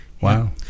wow